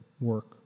work